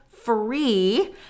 free